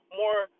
more